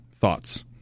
thoughts